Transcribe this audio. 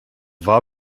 war